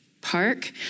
park